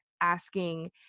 asking